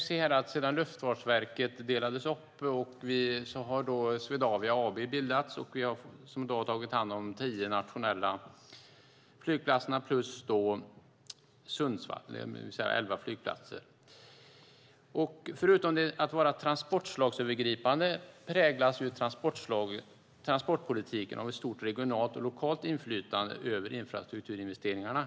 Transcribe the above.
Sedan Luftfartsverket delades upp har Swedavia AB bildats. Det har tagit hand om de tio nationella flygplatserna plus flygplatsen i Sundsvall, det vill säga elva flygplatser. Förutom att vara transportslagsövergripande präglas transportpolitiken av ett stort regionalt och lokalt inflytande över infrastrukturinvesteringarna.